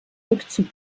rückzug